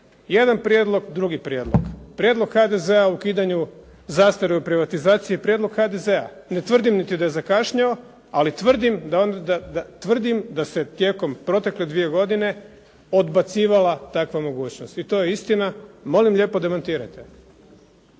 Jedan prijedlog, drugi prijedlog. Prijedlog HDZ-a o ukidanju zastare u privatizaciji, prijedlog HDZ-a. Ne tvrdim da je zakašnjeo, ali tvrdim da se tijekom protekle dvije godine odbacivala takva mogućnost. I to je istina. Molim lijepo demantirajte.